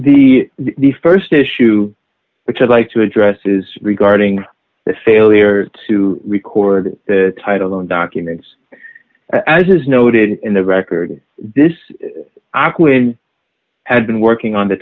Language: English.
the the st issue which i'd like to address is regarding the failure to record the title on documents as is noted in the record this i quit and had been working on the